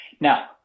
now